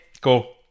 Go